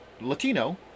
Latino